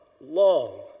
long